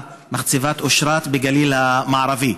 מחצבת אושרת בגליל המערבי.